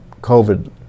COVID